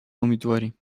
امیدواریم